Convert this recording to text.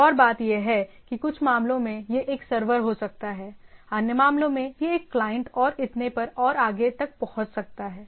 एक और बात यह है कि कुछ मामलों में यह एक सर्वर हो सकता है अन्य मामलों में यह एक क्लाइंट और इतने पर और आगे तक पहुंच सकता है